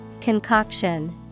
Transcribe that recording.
Concoction